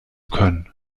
können